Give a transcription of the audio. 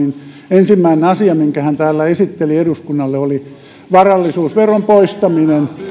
ensimmäinen asia minkä hän täällä esitteli eduskunnalle oli varallisuusveron poistaminen